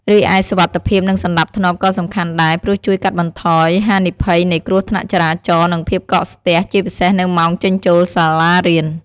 រីឯសុវត្ថិភាព និងសណ្ដាប់ធ្នាប់ក៏សំខាន់ដែរ ព្រោះជួយកាត់បន្ថយហានិភ័យនៃគ្រោះថ្នាក់ចរាចរណ៍ និងភាពកកស្ទះ ជាពិសេសនៅម៉ោងចេញចូលសាលារៀន។